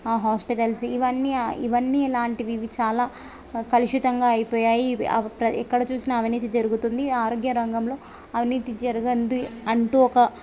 ఆ హాస్పిటల్స్ ఇవన్నీ ఇవన్నీఎలాంటివి ఇవి చాలా కలుషితంగా అయిపోయాయి ఎక్కడ చూసినా అవినీతి జరుగుతుంది ఆరోగ్య రంగంలో అవినీతి జరిగనిది అంటూ ఒక